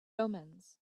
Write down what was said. omens